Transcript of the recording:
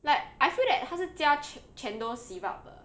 like I feel that 他是加 chendol syrup 的